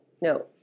No